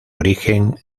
origen